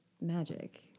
magic